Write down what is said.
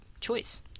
choice